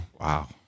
Wow